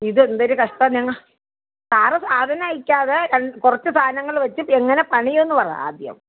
ഇതെന്തൊരു കഷ്ടമാണ് ഞങ്ങൾ സാർ സാധനം അയയ്ക്കാതെ രൻ കുറച്ച് സാധനങ്ങൾ വെച്ച് എങ്ങനെ പണിയും എന്ന് പറ ആദ്യം